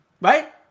Right